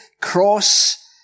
cross